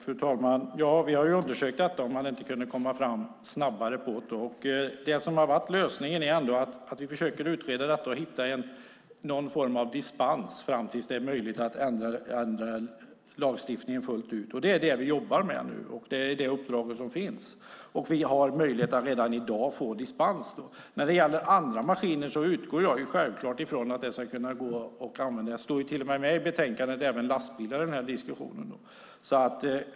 Fru talman! Ja, vi har undersökt om man inte kunde komma fram snabbare. Det som har varit lösningen är att vi försöker utreda detta och hitta någon form av dispens tills det är möjligt att ändra lagstiftningen fullt ut. Det är det vi jobbar med nu. Det är det uppdrag som finns. Vi har möjlighet att redan i dag få dispens. När det gäller andra maskiner utgår jag självklart från att det här ska gå att använda för dem. I betänkandet står det till och med att även lastbilar är med i diskussionen.